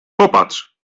popatrz